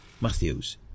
Matthews